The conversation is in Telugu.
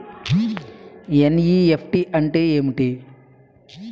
ఎన్.ఈ.ఎఫ్.టి అంటే ఏమిటి?